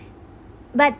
but